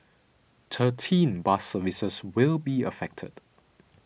thirteen bus services will be affected